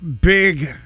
big